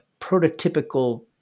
prototypical